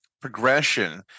progression